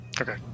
Okay